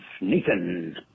Nathan